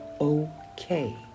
okay